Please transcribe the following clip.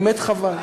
באמת חבל.